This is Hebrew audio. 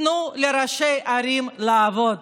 אז תנו לראשי ערים לעבוד.